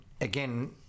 again